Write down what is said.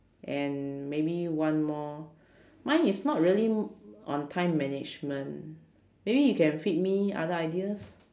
and maybe one more mine is not really m~ on time management maybe you can feed me other ideas